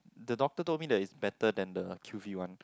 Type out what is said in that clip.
the doctor told me that is better than the Q_V one